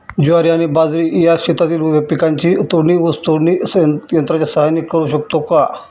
ज्वारी आणि बाजरी या शेतातील उभ्या पिकांची तोडणी ऊस तोडणी यंत्राच्या सहाय्याने करु शकतो का?